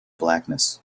blackness